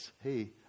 hey